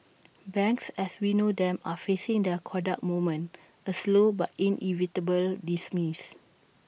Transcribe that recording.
banks as we know them are facing their Kodak moment A slow but inevitable dismiss